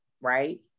right